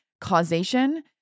causation